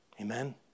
Amen